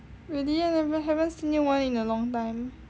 really eh never haven't seen you worn it in a long time